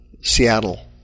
Seattle